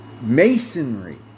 masonry